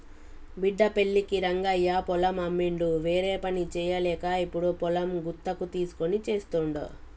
బిడ్డ పెళ్ళికి రంగయ్య పొలం అమ్మిండు వేరేపని చేయలేక ఇప్పుడు పొలం గుత్తకు తీస్కొని చేస్తుండు